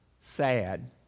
sad